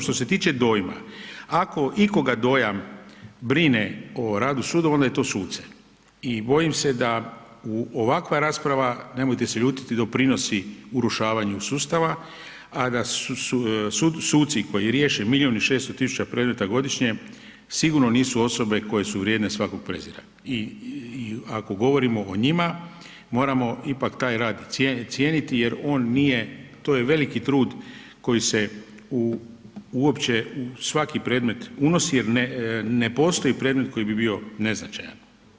Što se tiče dojma, ako ikoga dojam brine o radu sudova, onda je to suce i bojim se da ovakva rasprava, nemojte se ljutiti, doprinosi urušavanju sustava a da su suci koji riješe milijun i 600 000 godišnje, sigurno nisu osobe koje su vrijedne svakog prijezira i ako govorimo o njima, moramo ipak taj rad cijeniti jer on nije, to je veliki trud koji se uopće u svaki predmet unosi jer ne postoji predmet koji bi bio neznačajan.